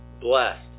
blessed